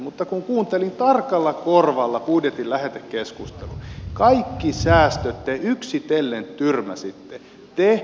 mutta kun kuuntelin tarkalla korvalla budjetin lähetekeskustelua kaikki säästöt te yksitellen tyrmäsitte